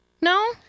no